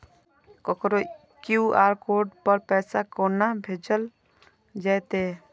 ककरो QR code पर पैसा कोना भेजल जेतै?